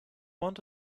want